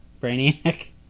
Brainiac